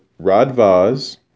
Radvaz